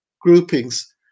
groupings